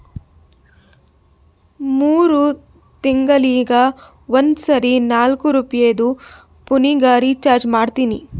ಮೂರ್ ತಿಂಗಳಿಗ ಒಂದ್ ಸರಿ ನಾಕ್ನೂರ್ ರುಪಾಯಿದು ಪೋನಿಗ ರೀಚಾರ್ಜ್ ಮಾಡ್ತೀನಿ